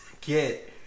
get